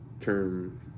term